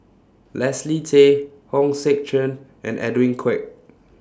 Leslie Tay Hong Sek Chern and Edwin Koek